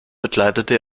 bekleidete